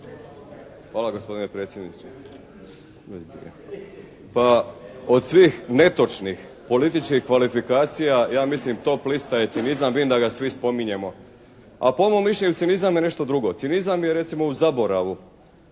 Hvala gospodine predsjedniče. Pa od svih netočnih političkih kvalifikacija ja mislim top lista je cinizam, vidim da ga svi spominjemo. A po mom mišljenju cinizam je nešto drugo. Cinizam je recimo u zaboravu.